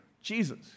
Jesus